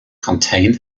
contain